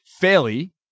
fairly